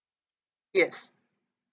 yes